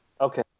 Okay